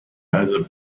other